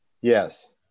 Yes